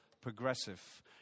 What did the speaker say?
progressive